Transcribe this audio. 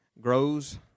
grows